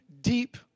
Deep